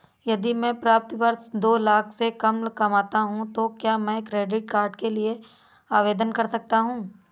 यदि मैं प्रति वर्ष दो लाख से कम कमाता हूँ तो क्या मैं क्रेडिट कार्ड के लिए आवेदन कर सकता हूँ?